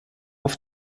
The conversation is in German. auf